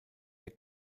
der